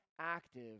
active